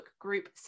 group